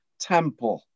Temple